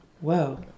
Whoa